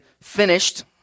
finished